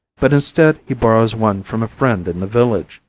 but instead, he borrows one from a friend in the village,